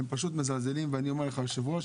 הם פשוט מזלזלים ואני אומר לך אדוני היו"ר,